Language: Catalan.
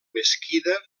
mesquida